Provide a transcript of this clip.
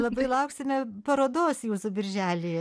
labai lauksime parodos jūsų birželį